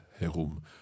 herum